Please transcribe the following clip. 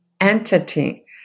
entity